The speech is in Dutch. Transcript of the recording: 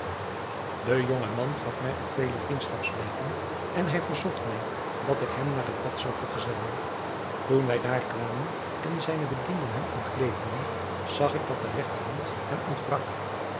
de jonge man gaf mij ook vele vriendschapsblijken en hij verzocht mij dat ik hem naar het bad zou vergezellen toen wij daar kwamen en zijne bedienden hem ontkleed hadden zag ik dat de regterhand hem ontbrak